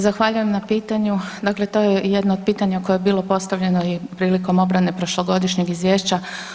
Zahvaljujem na pitanju, dakle to je jedno pitanje koje je bilo postavljeno i prilikom obrane prošlogodišnjeg izvješća.